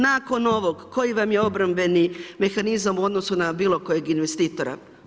Nakon ovog, koji vam je obrambeni mehanizam u odnosu na bilo kojeg investitora?